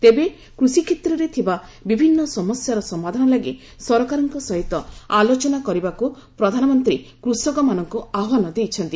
ତେବେ କୃଷିକ୍ଷେତ୍ରରେ ଥିବା ବିଭିନ୍ନ ସମସ୍ୟାର ସମାଧାନ ଲାଗି ସରକାରଙ୍କ ସହିତ ଆଲୋଚନା କରିବାକୁ ପ୍ରଧାନମନ୍ତ୍ରୀ କୃଷକମାନଙ୍କୁ ଆହ୍ୱାନ ଦେଇଛନ୍ତି